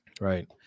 right